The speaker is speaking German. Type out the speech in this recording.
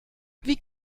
wie